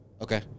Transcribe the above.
Okay